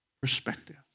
perspective